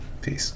Peace